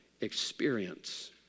Experience